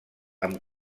amb